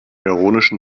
ironischen